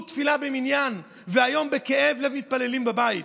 תפילה במניין והיום בכאב לב מתפללים בבית.